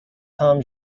tom